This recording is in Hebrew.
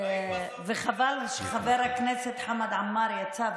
וחבל שחבר הכנסת חמד עמאר יצא.